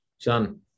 John